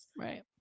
Right